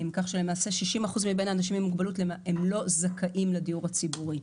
כך שלמעשה 60% מן האנשים עם מוגבלות לא זכאים לדיור הציבורי.